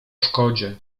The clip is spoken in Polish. szkodzie